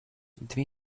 две